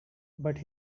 but